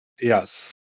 Yes